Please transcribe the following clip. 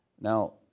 Now